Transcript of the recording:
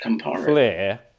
clear